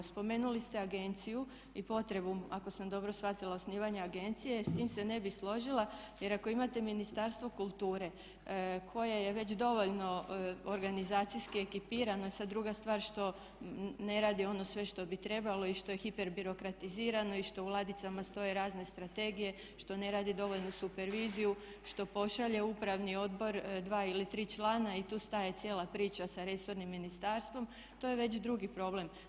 Spomenuli ste agenciju i potrebu ako sam dobro shvatila osnivanja agencije, s time se ne bih složila jer ako imate Ministarstvo kulture koje je već dovoljno organizacijski ekipirano, e sada druga stvar što ne radi ono sve što bi trebalo i što je hiperbirokratizirano i što u ladicama stoje razne strategije, što ne radi dovoljno superviziju, što pošalje u upravni odbor dva ili tri člana i tu staje cijela priča sa resornim ministarstvom, to je već drugi problem.